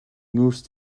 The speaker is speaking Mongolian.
нүүрс